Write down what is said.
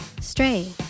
Stray